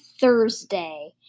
Thursday